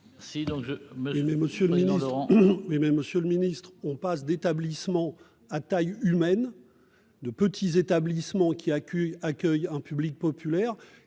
mais Monsieur le Ministre, on passe d'établissements à taille humaine de petits établissements qui accueillent accueille un public populaire